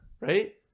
Right